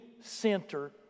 center